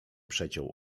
przeciął